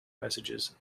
messages